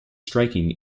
striking